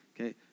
Okay